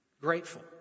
Grateful